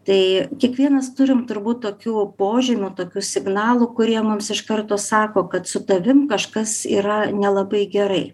tai kiekvienas turim turbūt tokių požymių tokių signalų kurie mums iš karto sako kad su tavim kažkas yra nelabai gerai